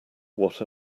what